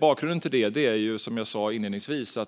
Bakgrunden till detta är det som jag tog upp inledningsvis.